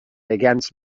against